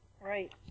Right